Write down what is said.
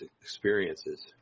experiences